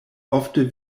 ofte